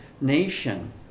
nation